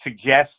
suggest